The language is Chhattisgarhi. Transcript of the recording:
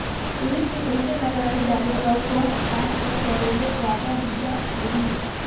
उरीद के कइसे लगाय जाले अउ कोन खाद कर करेले जादा बीजा मिलही?